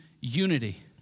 unity